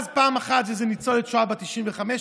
אז פעם אחת איזו ניצולת שואה בת 95,